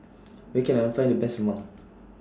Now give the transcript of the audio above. Where Can I Find The Best Mom